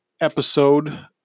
episode